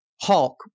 Hulk